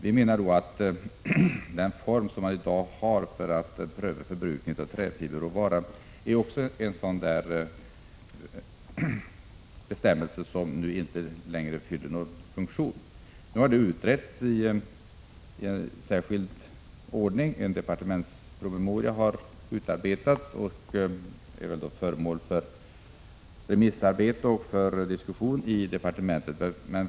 Vi menar att den form man i dag har för att pröva förbrukningen av träfiberråvara också är en bestämmelse som inte längre fyller någon funktion. Nu har detta utretts i särskild ordning. En departementspromemoria har utarbetats och är föremål för remissbehandling och diskussion i departementet.